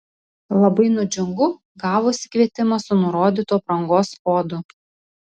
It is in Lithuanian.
labai nudžiungu gavusi kvietimą su nurodytu aprangos kodu